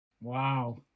Wow